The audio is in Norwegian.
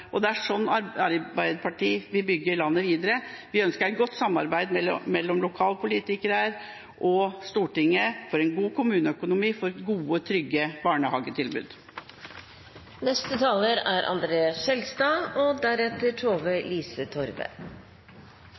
Det er sånn Arbeiderpartiet vil bygge landet videre. Vi ønsker et godt samarbeid mellom lokalpolitikere og Stortinget, for en god kommuneøkonomi og for gode, trygge barnehagetilbud.